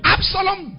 Absalom